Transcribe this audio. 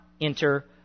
enter